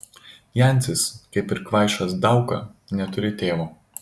jancis kaip ir kvaišas dauka neturi tėvo